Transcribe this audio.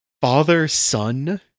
father-son